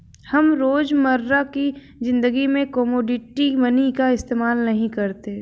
हम रोजमर्रा की ज़िंदगी में कोमोडिटी मनी का इस्तेमाल नहीं करते